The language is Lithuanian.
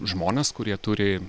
žmones kurie turi